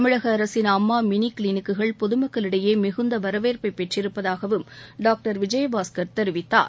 தமிழக அரசின் அம்மா மினி கிளினிக்குகள் பொதுமக்களிடையே மிகுந்த வரவேற்பை பெற்றிருப்பதாகவும் டாக்டர் விஜயபாஸ்கர் தெரிவித்தார்